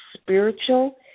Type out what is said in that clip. spiritual